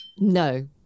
no